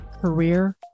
career